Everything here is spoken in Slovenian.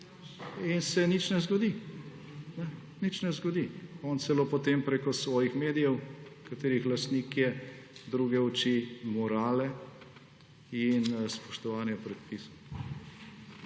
In se nič ne zgodi. On celo potem preko svojih medijev, katerih lastnik je, druge uči morale in spoštovanje predpisov.